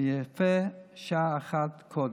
ויפה שעה אחת קודם.